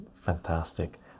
fantastic